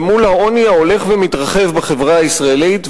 ומול העוני ההולך ומתרחב בחברה הישראלית,